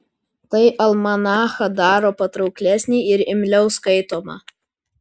tai almanachą daro patrauklesnį ir imliau skaitomą